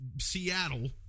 Seattle